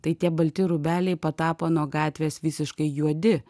tai tie balti rūbeliai patapo nuo gatvės visiškai juodi